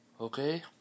okay